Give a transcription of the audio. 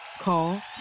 Call